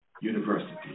University